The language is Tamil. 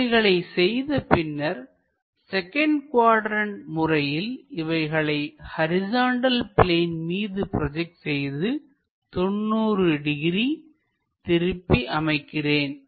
இவைகளை செய்த பின்னர் செகண்ட் குவாட்ரண்ட் முறையில் இவைகளை ஹரிசாண்டல் பிளேன் மீது ப்ரோஜெக்ட் செய்து 90 டிகிரி திருப்பி அமைக்கிறேன்